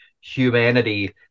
humanity